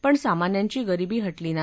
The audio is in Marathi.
पण सामान्यांची गरिबी हटवली नाही